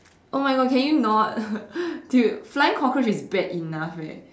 oh my god can you not dude flying cockroach is bad enough eh